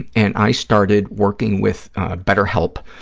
and i started working with betterhelp.